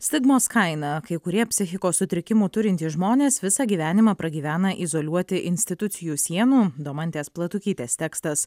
stigmos kaina kai kurie psichikos sutrikimų turintys žmonės visą gyvenimą pragyvena izoliuoti institucijų sienų domantės platukytės tekstas